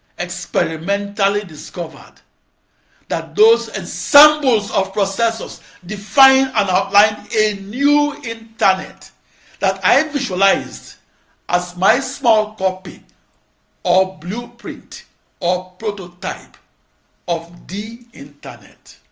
experimentally discovered that those ensemble of processors define and outline a new internet that i visualized as my small copy or blueprint or prototype of the internet.